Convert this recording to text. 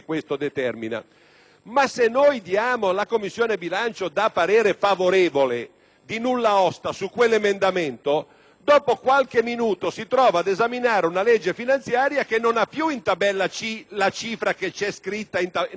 Se però la Commissione bilancio esprime parere favorevole su quell'emendamento, dopo qualche minuto si trova ad esaminare una legge finanziaria che non ha più in tabella C la cifra che c'è scritta nella legge finanziaria,